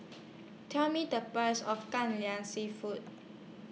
Tell Me The Price of Kai Lan Seafood